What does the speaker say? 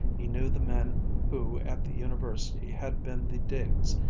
he knew the men who at the university had been the digs,